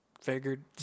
figured